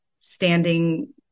standing